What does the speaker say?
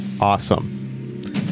Awesome